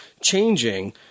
changing